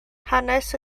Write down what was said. hanes